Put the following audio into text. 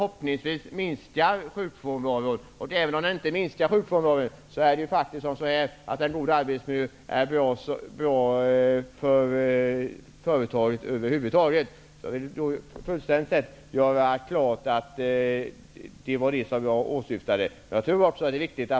Man kan också hoppas att sjukfrånvaron härigenom minskar, men även om inte så blir fallet är en god arbetsmiljö bra för företaget över huvud taget. Jag vill göra fullständigt klart att det var det som jag åsyftade.